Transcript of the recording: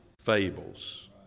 fables